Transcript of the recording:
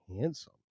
handsome